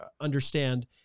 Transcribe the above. understand